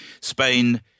Spain